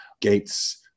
gates